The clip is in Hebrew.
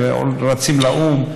ורצים לאו"ם,